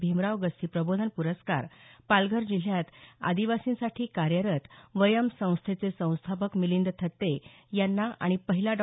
भीमराव गस्ती प्रबोधन प्रस्कार पालघर जिल्ह्यात आदिवासींसाठी कार्यरत वयम् संस्थेचे संस्थापक मिलिंद थत्ते यांना आणि पहिला डॉ